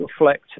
reflect